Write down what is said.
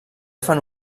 fan